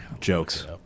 jokes